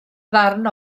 ddarn